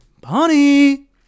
Bonnie